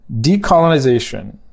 decolonization